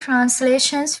translations